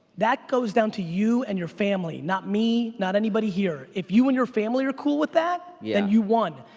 that goes down to you and your family. not me, not anybody here. if you and your family are cool with that, then yeah and you won.